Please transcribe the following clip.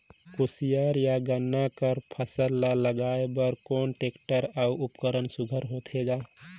कोशियार या गन्ना कर फसल ल लगाय बर कोन टेक्टर अउ उपकरण सुघ्घर होथे ग?